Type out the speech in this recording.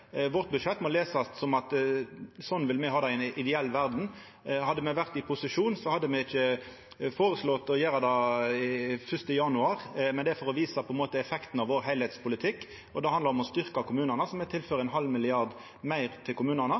Vårt budsjett må lesast som at sånn vil me ha det i ei ideell verd. Hadde me vore i posisjon, hadde me ikkje føreslått å gjera det 1. januar, men det er på ein måte for å visa effekten av vår heilskapspolitikk, og det handlar om å styrkja kommunane, så me tilfører 0,5 mrd. kr meir til kommunane.